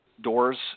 doors